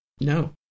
No